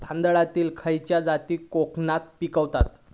तांदलतली खयची जात कोकणात पिकवतत?